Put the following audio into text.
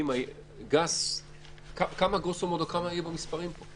כמה יהיה במספרים פה?